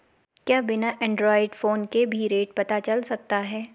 क्या बिना Android phone के भी रेट पता चल सकता है?